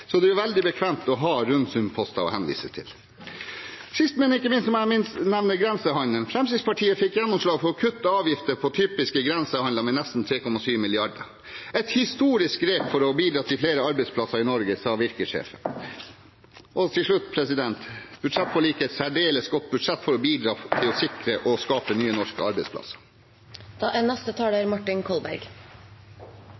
Så det er veldig bekvemt å ha rund sum-poster å henvise til. Sist, men ikke minst må jeg nevne grensehandelen. Fremskrittspartiet fikk gjennomslag for å kutte avgifter på typiske grensehandelsvarer med nesten 3,7 mrd. kr. Et historisk grep for å bidra til flere arbeidsplasser i Norge, sa Virke-sjefen. Til slutt: Budsjettforliket er et særdeles godt budsjett for å bidra til å sikre og skape nye norske arbeidsplasser.